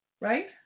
right